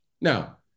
Now